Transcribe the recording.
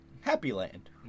Happyland